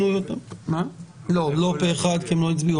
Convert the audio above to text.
--- לא פה אחד, כי הם לא הצביעו.